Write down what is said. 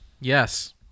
Yes